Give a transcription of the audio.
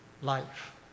life